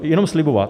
Jenom slibovat.